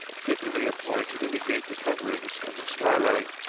frequently employed to indicate the coverings of the skylight.